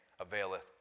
availeth